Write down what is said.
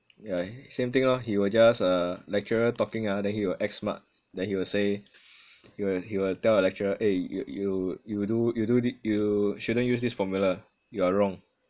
yah same thing lor he will just uh lecturer talking ah then he'll act smart then he'll say he'll he'll tell the lecturer eh y~ you do you do t~ you shouldn't use this formula you are wrong